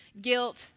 guilt